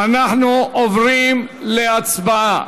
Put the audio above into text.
אנחנו עוברים להצבעה.